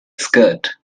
skirt